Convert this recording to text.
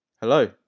Hello